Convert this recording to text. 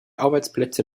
arbeitsplätze